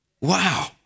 wow